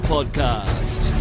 Podcast